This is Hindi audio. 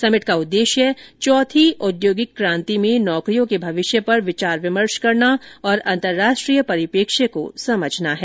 समिट का उद्देश्य चौथी औद्योगिक क्रांति में नौकरियों के भविष्य पर विचार विमर्श करना और अंतरराष्ट्रीय परिप्रेक्ष्य को समझना होगा